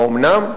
האומנם?